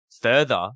further